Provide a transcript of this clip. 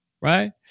right